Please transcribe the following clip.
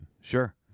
sure